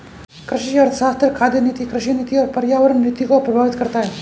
कृषि अर्थशास्त्र खाद्य नीति, कृषि नीति और पर्यावरण नीति को प्रभावित करता है